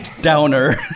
Downer